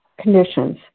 conditions